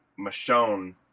Michonne